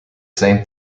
same